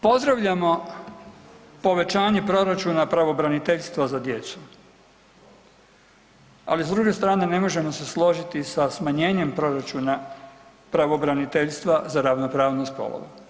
Pozdravljamo povećanje proračuna pravobraniteljstva za djecu, ali s druge strane ne možemo se složiti sa smanjenjem proračuna pravobraniteljstava za ravnopravnost spolova.